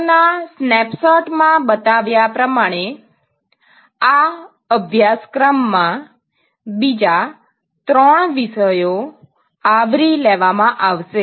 ઉપરના સ્નેપશોટ માં બતાવ્યા પ્રમાણે આ અભ્યાસક્રમ મા બીજા ત્રણ વિષયોઅને પેટા વિષયો આવરી લેવામાં આવશે